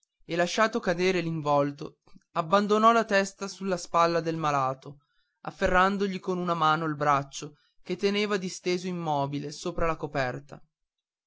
cadere l'involto abbandonò la testa sulla spalla del malato afferrandogli con una mano il braccio che teneva disteso immobile sopra la coperta